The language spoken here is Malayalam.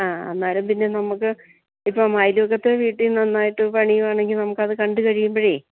ആ അന്നേരം പിന്നെ നമ്മള്ക്ക് ഇപ്പോള് അയൽവക്കത്തെ വീട്ടില് നന്നായിട്ട് പണിയുവാണെങ്കില് നമുക്കത് കണ്ടുകഴിയുമ്പോഴേ